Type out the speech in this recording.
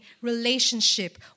relationship